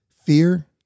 fear